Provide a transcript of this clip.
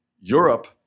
Europe